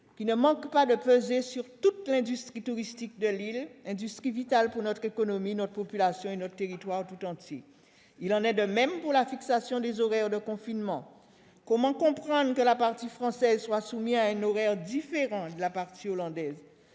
qui ne manqueront pas de peser sur l'ensemble de l'industrie touristique de l'île, laquelle est vitale pour notre économie, notre population et notre territoire tout entier. Il en est de même pour la fixation des horaires de confinement. Comment comprendre que la partie française soit soumise à un horaire différent de la partie néerlandaise ?